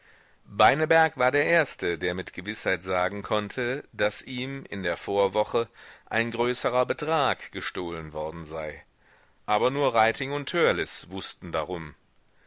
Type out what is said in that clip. beineberg war der erste der mit gewißheit sagen konnte daß ihm in der vorwoche ein größerer betrag gestohlen worden sei aber nur reiting und törleß wußten darum